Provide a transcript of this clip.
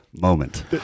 Moment